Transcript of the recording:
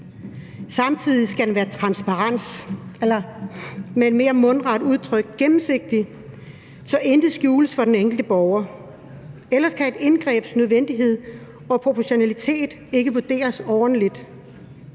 Samtidig skal den være transparent, eller med et mere mundret udtryk gennemsigtig, så intet skjules for den enkelte borger. Ellers kan et indgrebs nødvendighed og proportionalitet ikke vurderes ordentligt.